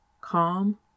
calm